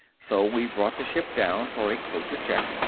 so we brought the ship down for a closer check.